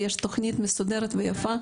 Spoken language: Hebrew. יש תוכנית מסודרת ויפה,